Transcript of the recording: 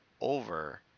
over